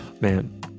man